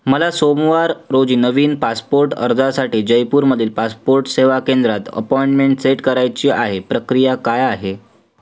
मला सोमवार रोजी नवीन पासपोर्ट अर्जासाठी जयपूरमधील पासपोर्ट सेवा केंद्रात अपॉइंटमेंट सेट करायची आहे प्रक्रिया काय आहे